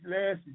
last